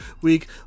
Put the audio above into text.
week